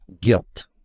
guilt